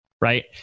right